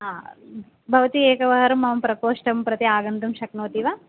हा भवती एकवारं मम प्रकोष्टं प्रति आगन्तुं शक्नोति वा